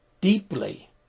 deeply